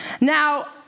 Now